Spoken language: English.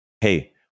Hey